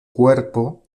cuerpo